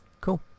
Cool